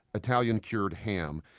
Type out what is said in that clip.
italian-cured ham.